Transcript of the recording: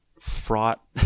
fraught